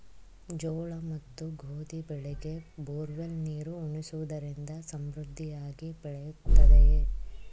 ಜೋಳ ಮತ್ತು ಗೋಧಿ ಬೆಳೆಗೆ ಬೋರ್ವೆಲ್ ನೀರು ಉಣಿಸುವುದರಿಂದ ಸಮೃದ್ಧಿಯಾಗಿ ಬೆಳೆಯುತ್ತದೆಯೇ?